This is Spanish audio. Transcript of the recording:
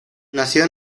nació